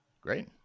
Great